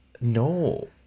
no